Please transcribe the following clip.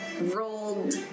rolled